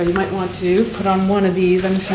and might want to put on one of these,